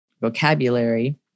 vocabulary